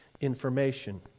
information